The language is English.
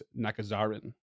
Nakazarin